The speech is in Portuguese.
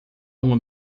uma